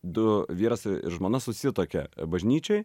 du vyras ir žmona susituokė bažnyčioj